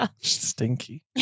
Stinky